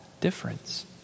difference